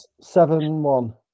seven-one